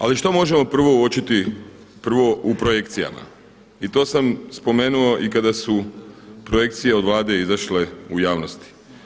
Ali što možemo prvo uočiti prvo u projekcijama i to sam spomenuo i kada su projekcije od Vlade izašle u javnosti.